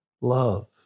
love